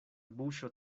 buŝo